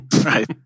Right